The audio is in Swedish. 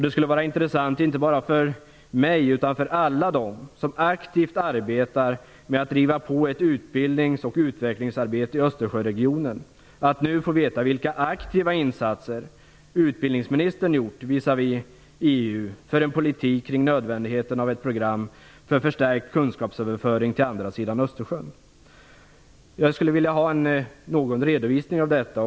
Det skulle vara intressant, inte bara för mig utan för alla dem som aktivt arbetar med att driva på ett utbildnings och utvecklingsarbete i Östersjöregionen, att nu få veta vilka aktiva insatser utbildningsministern gjort visavi EU för en politik kring nödvändigheten av ett program för förstärkt kunskapsöverföring till andra sidan Östersjön. Jag skulle vilja ha en redovisning av detta.